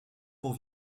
pour